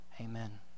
amen